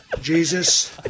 Jesus